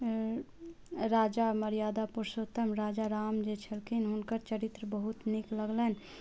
राजा मर्यादा पुरूषोत्तम राजा राम जे छलखिन हुनकर चरित्र बहुत नीक लगलनि